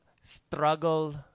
struggle